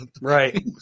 right